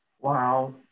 Wow